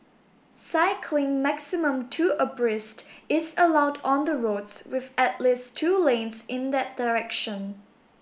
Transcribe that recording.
cycling maximum two abreast is allowed on the roads with at least two lanes in that direction